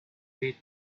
rid